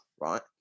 right